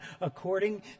according